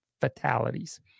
fatalities